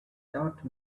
taught